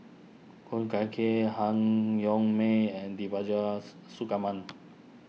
Khoo Gai Kay Han Yong May and Devagi